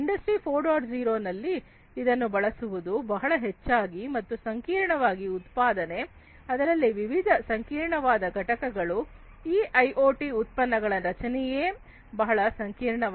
0 ನಲ್ಲಿ ಇದನ್ನು ಬಳಸುವುದು ಬಹಳ ಹೆಚ್ಚಾದ ಮತ್ತು ಸಂಕೀರ್ಣವಾದ ಉತ್ಪಾದನೆ ಅದರಲ್ಲಿರುವ ವಿವಿಧ ಸಂಕೀರ್ಣವಾದ ಘಟಕಗಳು ಈ ಐಓಟಿ ಉತ್ಪನ್ನಗಳ ರಚನೆಯೇ ಬಹಳ ಸಂಕೀರ್ಣವಾಗಿದೆ